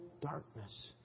darkness